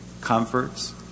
comforts